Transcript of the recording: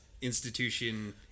institution